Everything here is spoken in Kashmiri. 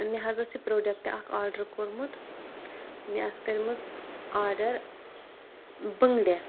مےٚ حظ ٲس یہِ پرٛوڈَکٹ اَکھ آرڈر کوٚرمُت مےٚ آسہِ کَرِمٕژ آرڈر بٔنٛگرِ